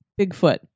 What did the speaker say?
Bigfoot